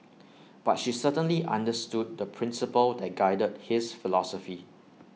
but she certainly understood the principle that guided his philosophy